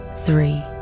three